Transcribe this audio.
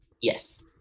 Yes